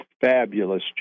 fabulous